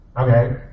Okay